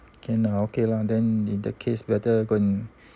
can lah okay lah then in that case whether going to